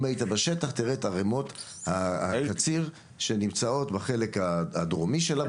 אם היית בשטח תראה את ערמות הקציר שנמצאות בחלק הדרומי של הבריכות.